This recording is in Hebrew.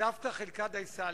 סבתא חילקה דייסה,